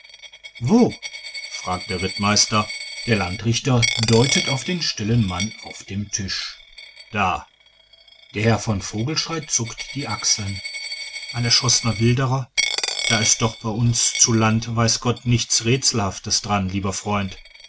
wo fragt der rittmeister der landrichter deutet auf den stillen mann auf dem tisch da der herr von vogelschrey zuckt die achseln ein erschossener wilderer da ist doch bei uns zu land weiß gott nichts rätselhaftes daran lieber freund